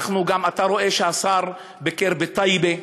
אתה גם רואה שהשר ביקר בטייבה,